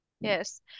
Yes